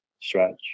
stretch